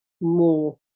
more